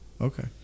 Okay